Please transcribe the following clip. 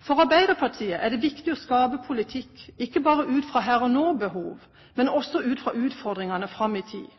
For Arbeiderpartiet er det viktig å skape politikk, ikke bare ut fra her-og-nå-behov, men også ut fra utfordringene fram i tid,